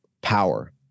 power